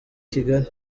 kigali